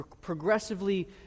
progressively